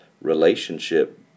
relationship